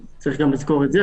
צריך גם לזכור את זה.